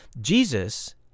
Jesus